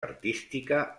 artística